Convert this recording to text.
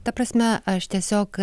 ta prasme aš tiesiog